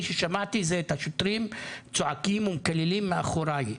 ששמעתי זה את השוטרים צועקים ומקללים מאחוריי.